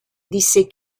disse